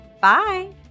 Bye